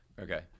Okay